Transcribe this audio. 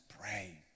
pray